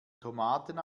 tomaten